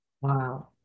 Wow